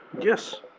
Yes